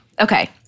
Okay